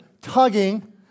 tugging